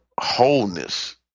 wholeness